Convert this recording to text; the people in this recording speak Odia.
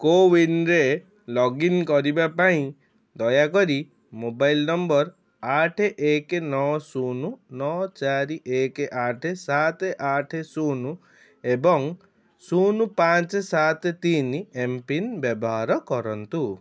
କୋୱିନ୍ରେ ଲଗଇନ୍ କରିବା ପାଇଁ ଦୟାକରି ମୋବାଇଲ ନମ୍ବର ଆଠ ଏକ ନଅ ଶୂନ ନଅ ଚାରି ଏକ ଆଠ ସାତ ଆଠ ଶୂନ ଏବଂ ଶୂନ ପାଞ୍ଚ ସାତ ତିନି ଏମ୍ ପିନ୍ ବ୍ୟବହାର କରନ୍ତୁ